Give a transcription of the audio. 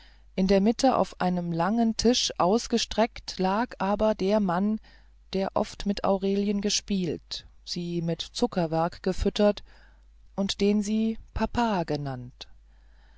in der mitte auf einem langen tisch ausgestreckt lag aber der mann der oft mit aurelien gespielt sie mit zuckerwerk gefüttert und den sie papa genannt